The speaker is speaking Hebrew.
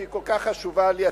שהיא כל כך חשובה לי,